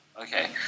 Okay